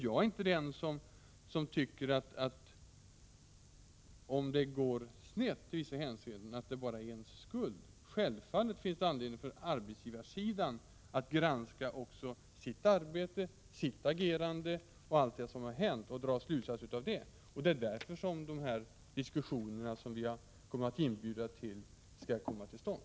Jag är inte den som tycker att det bara är den ena sidan som har skulden, om det skulle gå snett i vissa hänseenden. Självfallet har även arbetsgivarsidan anledning att granska också sitt arbete, sitt agerande och allt vad som hänt och dra slutsatser av detta. Därför inbjuder vi också till diskussionerna.